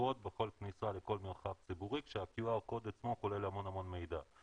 code בכל כניסה לכל מרחב ציבורי כשה- QR codeעצמו כולל המון המון מידע.